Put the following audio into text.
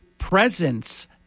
presents